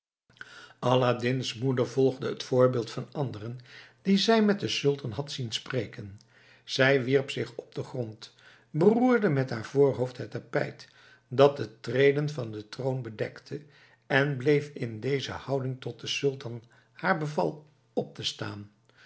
aladdin's moeder volgde het voorbeeld van anderen die zij met den sultan had zien spreken zij wierp zich op den grond beroerde met haar voorhoofd het tapijt dat de treden van den troon bedekte en bleef in deze houding tot de sultan haar beval op te staan